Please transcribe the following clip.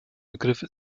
begriff